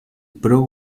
pro